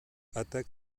attack